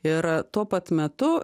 ir a tuo pat metu